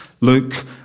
Luke